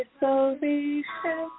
salvation